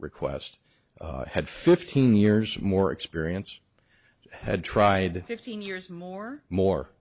request had fifteen years more experience had tried fifteen years more more